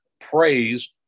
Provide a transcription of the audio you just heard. praise